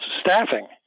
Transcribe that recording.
staffing